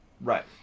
right